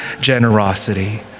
generosity